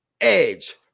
Edge